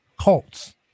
cults